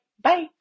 Bye